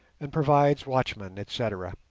and provides watchmen, etc.